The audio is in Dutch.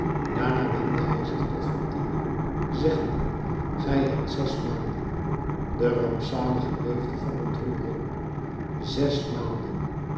daarna wendde hij zich tot fantine zeggende gij hebt zes maanden de rampzalige beefde van ontroering zes maanden